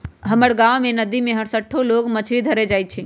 हमर गांव के नद्दी में हरसठ्ठो लोग मछरी धरे जाइ छइ